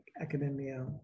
academia